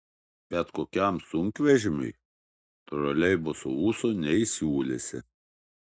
bet kokiam sunkvežimiui troleibuso ūsų neįsiūlysi